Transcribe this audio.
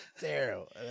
terrible